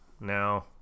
Now